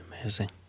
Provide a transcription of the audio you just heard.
Amazing